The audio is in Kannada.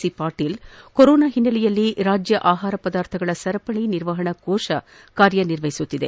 ಸಿ ಪಾಟೀಲ್ ಕೋರೋನಾ ಹಿನ್ನಲೆಯಲ್ಲಿ ರಾಜ್ಯ ಆಹಾರ ಪದಾರ್ಥಗಳ ಸರಪಳಿ ನಿರ್ವಹಣಾ ಕೋಶ ಕಾರ್ಯನಿರ್ವಹಿಸುತ್ತಿದೆ